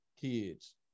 kids